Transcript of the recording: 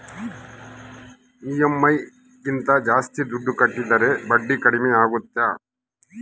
EMI ಗಿಂತ ಜಾಸ್ತಿ ದುಡ್ಡು ಕಟ್ಟಿದರೆ ಬಡ್ಡಿ ಕಡಿಮೆ ಆಗುತ್ತಾ?